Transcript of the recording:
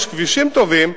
יש כבישים טובים,